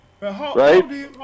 Right